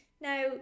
Now